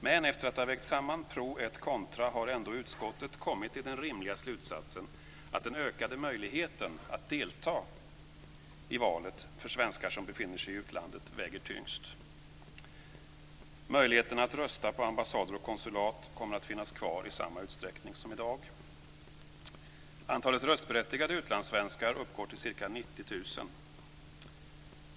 Men efter att ha vägt samman pro et contra har ändå utskottet kommit till den rimliga slutsatsen att den ökade möjligheten att delta i valet för svenskar som befinner sig i utlandet väger tyngst. Möjligheten att rösta på ambassader och konsulat kommer att finnas kvar i samma utsträckning som i dag. Antalet röstberättigade utlandssvenskar uppgår till ca 90 000.